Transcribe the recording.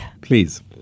Please